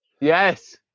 Yes